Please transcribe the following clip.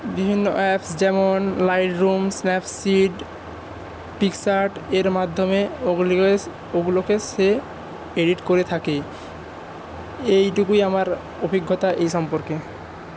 বিভিন্ন অ্যাপস যেমন Lightroom Snapseed পিকস্আর্টের মাধ্যমে ওগুলিকে ওগুলোকে সে এডিট করে থাকে এইটুকুই আমার অভিজ্ঞতা এই সম্পর্কে